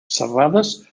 serrades